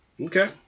okay